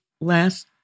last